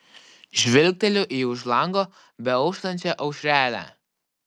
žvilgteliu į už lango beauštančią aušrelę